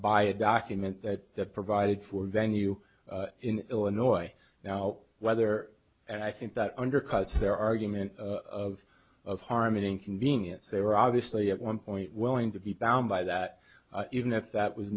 by a document that that provided for venue in illinois now whether i think that undercuts their argument of of harmony in convenience they were obviously at one point willing to be bound by that even if that was